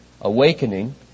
awakening